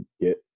get